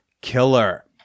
killer